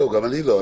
גם אני לא.